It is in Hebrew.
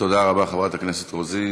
תודה רבה, חברת הכנסת רוזין.